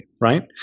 right